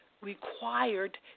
required